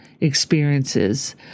experiences